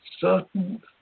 Certain